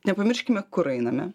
nepamirškime kur einame